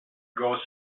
goes